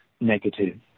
negative